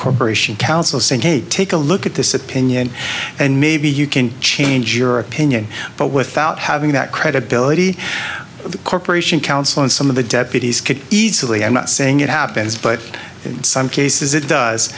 corporation council saying hey take a look at this opinion and maybe you can change your opinion but without having that credibility of the corporation council and some of the deputies could easily i'm not saying it happens but in some cases it does